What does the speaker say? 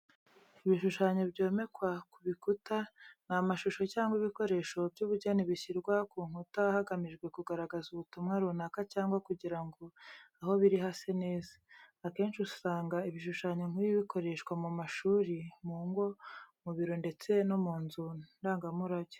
Ibishushanyo byomekwa ku bikuta, ni amashusho cyangwa ibikoresho by'ubugeni bishyirwa ku nkuta hagamijwe kugaragaza ubutumwa runaka cyangwa kugira ngo aho biri hase neza. Akenshi usanga ibishushanyo nk'ibi bikoreshwa mu mashuri, mu ngo, mu biro ndetse no mu nzu ndangamurage.